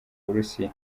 burusiya